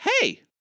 hey